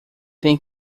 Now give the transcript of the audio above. tem